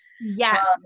Yes